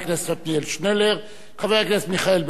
חבר הכנסת מיכאל בן-ארי, ולאחריו אחמד טיבי.